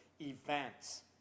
Events